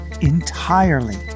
entirely